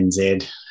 NZ